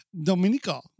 Dominica